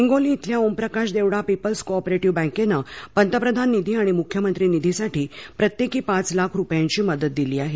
हिंगोली इथल्या Omprakash Devda people's co operative बँकेनं पंतप्रधान निधी आणि मुख्यमंत्री निधीसाठी प्रत्येकी पाच लाख रूपयांची मदत दिली आहे